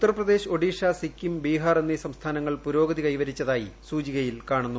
ഉത്തർപ്രദേശ് ഒഡീഷ സിക്കിം ബീഹാർ എന്നീ സംസ്ഥാനങ്ങൾ പുരോഗതി കൈവരിച്ചതായി സൂചികയിൽ കാണുന്നു